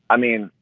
i mean,